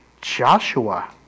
Joshua